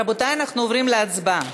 רבותי, אנחנו עוברים להצבעה,